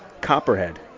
Copperhead